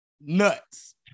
Nuts